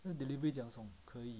food delivery 怎样说可以